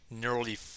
nearly